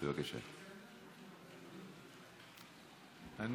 אני